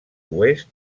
oest